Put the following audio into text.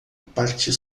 parte